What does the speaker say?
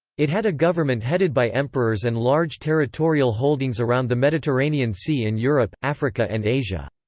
it had a government headed by emperors and large territorial holdings around the mediterranean sea in europe, africa and asia.